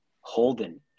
Holden